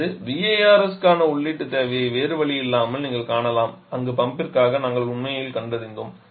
அல்லது VARS க்கான உள்ளீட்டுத் தேவையை வேறு வழியில்லாமல் நீங்கள் காணலாம் அங்கு பம்பிற்காக நாங்கள் உண்மையில் கண்டறிந்தோம்